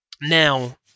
Now